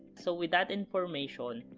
so with that information,